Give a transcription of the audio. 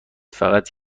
فقط